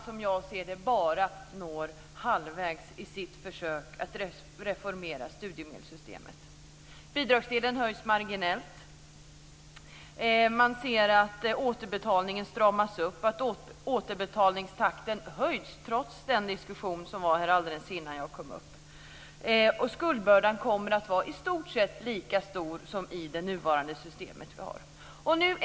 Som jag ser det når man bara halvvägs i sitt försök att reformera studiemedelssystemet. Bidragsdelen höjs marginellt. Återbetalningen stramas upp. Återbetalningstakten höjs, trots den diskussion som var här alldeles innan jag kom upp i debatten. Skuldbördan kommer att vara i stort sett lika stor som i det nuvarande systemet.